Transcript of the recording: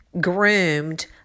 groomed